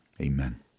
Amen